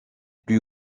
plus